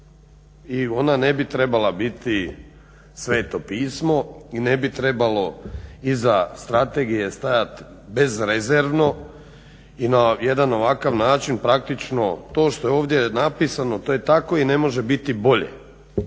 i ona ne bi trebala biti sveto pismo i ne bi trebalo iza strategije stajat bezrezervno i na jedan ovakav način praktično to što je ovdje napisano to je tako i ne može biti bolje.